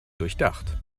durchdacht